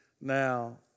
Now